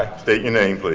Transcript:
state your name, please.